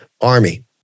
Army